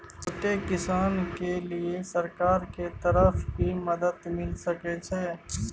छोट किसान के लिए सरकार के तरफ कि मदद मिल सके छै?